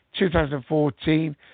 2014